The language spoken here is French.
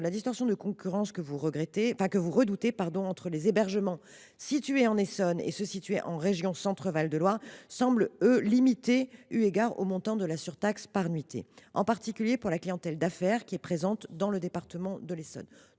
La distorsion de concurrence que vous redoutez, par exemple entre les hébergements situés en Essonne et ceux qui se trouvent en région Centre Val de Loire, semble limitée eu égard au montant de la surtaxe par nuitée, en particulier pour la clientèle d’affaires présente dans le département de l’Essonne.